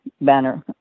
Banner